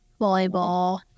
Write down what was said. Volleyball